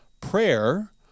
Prayer